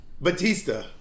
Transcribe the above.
batista